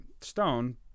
stone